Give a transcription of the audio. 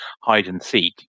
hide-and-seek